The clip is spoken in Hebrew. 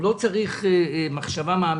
והוא לא מצריך מחשבה מעמיקה.